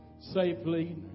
safely